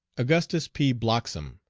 augustus p. blocksom,